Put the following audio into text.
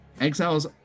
exiles